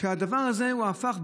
שהדבר הזה הפך,